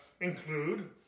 include